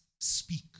speak